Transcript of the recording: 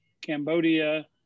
Cambodia